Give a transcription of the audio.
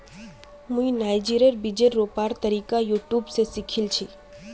मुई नाइजरेर बीजक रोपवार तरीका यूट्यूब स सीखिल छि